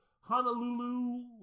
Honolulu